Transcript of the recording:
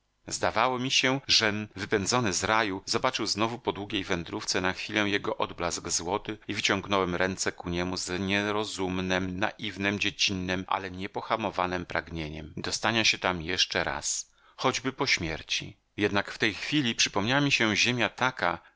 zdawało mi się żem wypędzony z raju zobaczył znowu po długiej wędrówce na chwilę jego odblask złoty i wyciągnąłem ręce ku niemu z nierozumnem naiwnem dziecinnem ale niepohamowanem pragnieniem dostania się tam jeszcze raz choćby po śmierci jednak w tej chwili przypomniała mi się ziemia taka